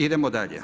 Idemo dalje.